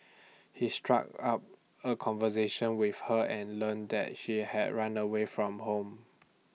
he struck up A conversation with her and learned that she had run away from home